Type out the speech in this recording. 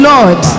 Lord